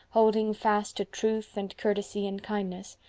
holding fast to truth and courtesy and kindness,